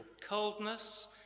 coldness